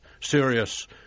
serious